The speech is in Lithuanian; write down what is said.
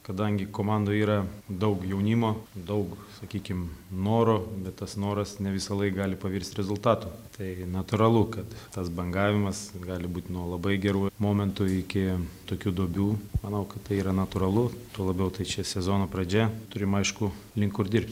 kadangi komandoj yra daug jaunimo daug sakykim noro bet tas noras ne visąlaik gali pavirst rezultatu taigi natūralu kad tas bangavimas gali būt nuo labai gerų momentų iki tokių duobių manau kad tai yra natūralu tuo labiau tai čia sezono pradžia turim aišku link kur dirbt